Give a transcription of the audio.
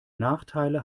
nachteile